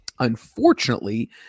Unfortunately